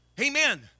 Amen